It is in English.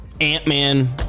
Ant-Man